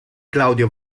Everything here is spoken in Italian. claudio